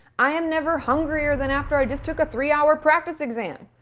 i am never hungrier than after i just took a three hour practice exam.